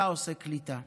אתה עושה קליטה.